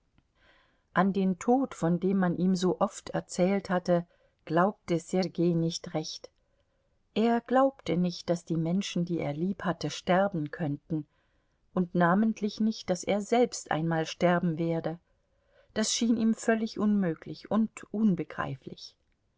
an den tod von dem man ihm so oft erzählt hatte glaubte sergei nicht recht er glaubte nicht daß die menschen die er liebhatte sterben könnten und namentlich nicht daß er selbst einmal sterben werde das schien ihm völlig unmöglich und unbegreiflich